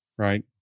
right